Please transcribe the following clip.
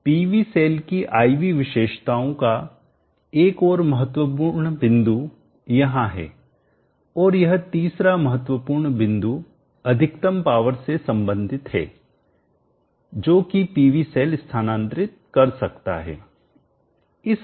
PV cell की I V विशेषताओं का एक और महत्वपूर्ण बिंदु यहां है और यह तीसरा महत्वपूर्ण बिंदु अधिकतम पावर से संबंधित है जोकि पीवी सेल स्थानांतरित कर सकता है